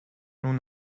nous